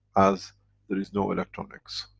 as there is no electronics.